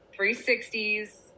360s